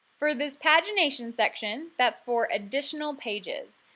for this pagination section, that's for additional pages.